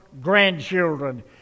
grandchildren